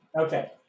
Okay